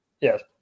Yes